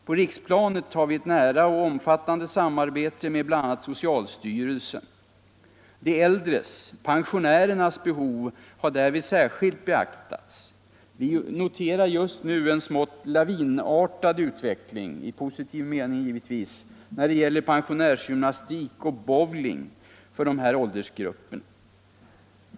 På riksplanet har vi ett nära och omfattande samarbete med bl.a. socialstyrelsen. De äldres — pensionärernas — behov har därvid särskilt beaktats. Vi noterar just nu en smått lavinartad utveckling — i positiv mening givetvis — när det gäller pensionärsgymnastik och bowling för dessa åldersgrupper.